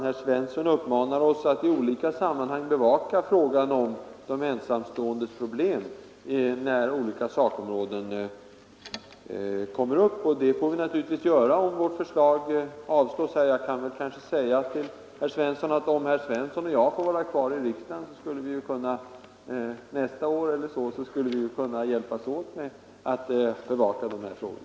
Herr Svensson i Kungälv uppmanar oss att i olika sammanhang bevaka frågan om de ensamståendes problem, när olika sakområden kommer upp till behandling. Det får vi naturligtvis göra, om vårt förslag avslås i dag. — Jag kan kanske säga till herr Svensson, att om vi två får vara kvar i riksdagen nästa år, skulle vi kunna hjälpas åt med den saken.